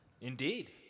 indeed